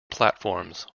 platforms